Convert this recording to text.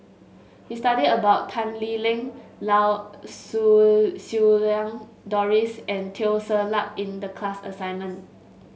we studied about Tan Lee Leng Lau Siew Siew Lang Doris and Teo Ser Luck in the class assignment